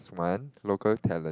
one local talent